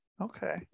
Okay